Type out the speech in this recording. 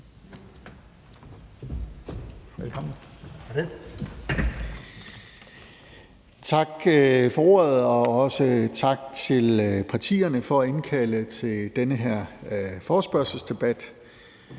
Wammen): Tak for ordet, og også tak til partierne for at indkalde til den her forespørgselsdebat,